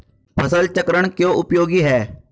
फसल चक्रण क्यों उपयोगी है?